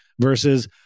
versus